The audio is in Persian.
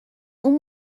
اون